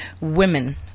Women